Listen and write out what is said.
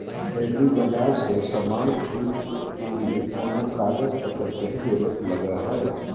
एग्रीबाजार से समान खरीदे के लिए कोनो कागज पतर के भी जरूरत लगो है?